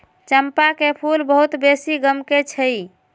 चंपा के फूल बहुत बेशी गमकै छइ